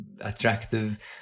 attractive